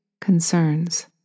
concerns